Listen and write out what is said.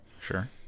sure